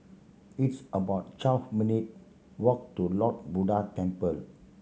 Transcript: it's about twelve minute walk to Lord Buddha Temple